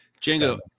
Django